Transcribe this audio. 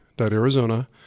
Arizona